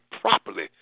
properly